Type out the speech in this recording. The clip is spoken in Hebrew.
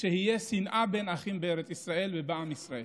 שתהיה שנאה בין אחים בארץ ישראל ובעם ישראל,